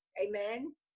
Amen